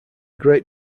great